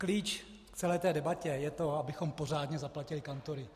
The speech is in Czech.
Klíč k celé debatě je to, abychom pořádně zaplatili kantory.